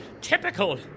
typical